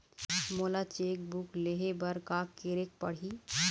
मोला cheque book लेहे बर का केरेक पढ़ही?